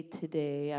today